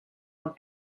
amb